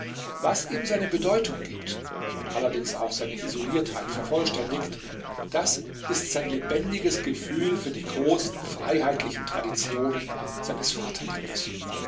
was ihm seine bedeutung gibt und allerdings auch seine isoliertheit vervollständigt das ist sein lebendiges gefühl für die großen freiheitlichen traditionen seines vaterlandes